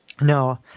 No